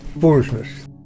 Foolishness